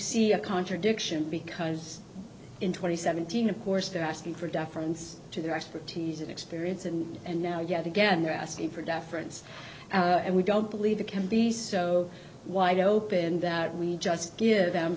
see a contradiction because in twenty seventeen of course they're asking for deference to their expertise and experience and and now yet again they're asking for deference and we don't believe it can be so wide open that we just give them